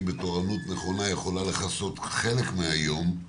בתורנות נכונה יכולה לכסות חלק מהיום,